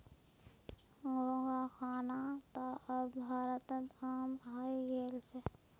घोंघा खाना त अब भारतत आम हइ गेल छ